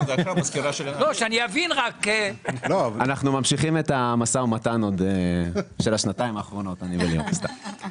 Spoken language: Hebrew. אנחנו ממשיכים את המשא ומתן של השנתיים האחרונות סתם.